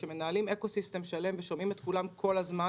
כשמנהלים אקו-סיסטם שלם ושומעים את כולם כל הזמן